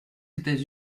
états